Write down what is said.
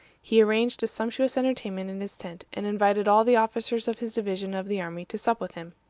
he arranged a sumptuous entertainment in his tent, and invited all the officers of his division of the army to sup with him.